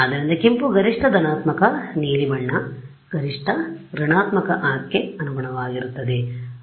ಆದ್ದರಿಂದ ಕೆಂಪು ಗರಿಷ್ಠ ಧನಾತ್ಮಕ ನೀಲಿ ಬಣ್ಣ ಗರಿಷ್ಠ negative ಗೆ ಅನುಗುಣವಾಗಿರುತ್ತದೆ